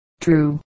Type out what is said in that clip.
True